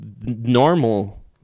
normal